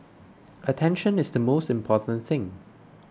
attention is the most important thing